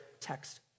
text